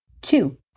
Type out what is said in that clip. Two